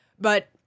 But-